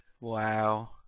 Wow